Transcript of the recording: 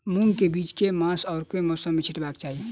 मूंग केँ बीज केँ मास आ मौसम मे छिटबाक चाहि?